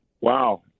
Wow